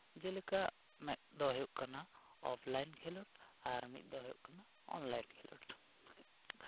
ᱡᱮᱞᱮᱠᱟ ᱢᱤᱫ ᱦᱩᱭᱩᱜ ᱠᱟᱱᱟ ᱚᱯᱷᱞᱟᱭᱤᱱ ᱠᱷᱮᱞᱳᱰ ᱟᱨ ᱢᱤᱫ ᱫᱚ ᱦᱩᱭᱩᱜ ᱠᱟᱱᱟ ᱚᱱᱞᱟᱭᱤᱱ ᱠᱷᱮᱞᱳᱰ